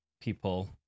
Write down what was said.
people